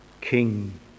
king